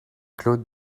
claude